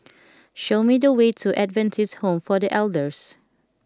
show me the way to Adventist Home for the Elders